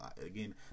again